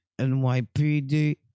NYPD